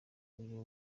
uyu